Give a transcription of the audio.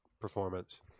performance